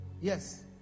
Yes